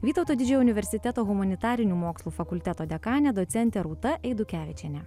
vytauto didžiojo universiteto humanitarinių mokslų fakulteto dekanė docentė rūta eidukevičienė